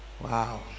wow